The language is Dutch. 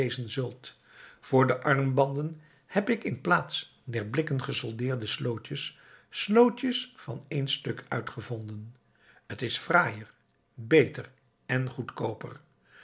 zult voor de armbanden heb ik in plaats der blikken gesoldeerde slootjes slootjes van één stuk uitgevonden t is fraaier beter en goedkooper